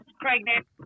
pregnant